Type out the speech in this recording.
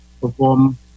perform